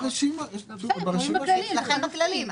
ברשימה --- אצלכם בכללים.